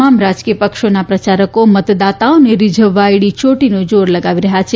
તમામ રાજકીય પક્ષોના પ્રચારકો મતદાતાઓને રીઝવવા એડીયોટીનું જોર લગાવી રહ્યા છે